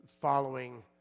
following